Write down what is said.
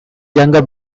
younger